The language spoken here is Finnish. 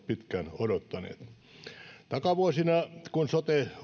pitkään odottaneet takavuosina kun sote